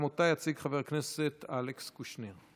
גם אותה יציג חבר הכנסת אלכס קושניר.